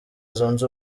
zunze